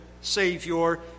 Savior